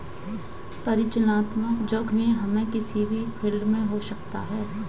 परिचालनात्मक जोखिम हमे किसी भी फील्ड में हो सकता है